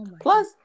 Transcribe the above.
plus